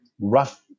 rough